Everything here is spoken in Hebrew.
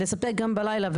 לספק גם בלילה,